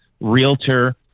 realtor